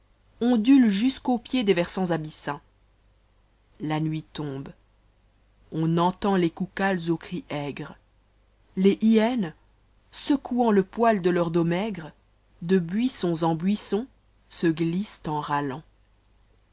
ondule jusqu'au pied des versants abyssins la nuit tombe on entend les koukala aux cris aigres les hyènes secouant le poil de leurs dos maigres de baissons en buissons se glissent en râiant